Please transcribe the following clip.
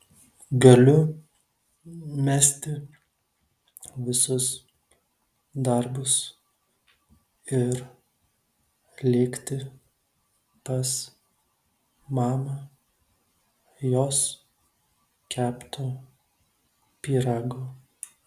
galiu mesti visus darbus ir lėkti pas mamą jos kepto pyrago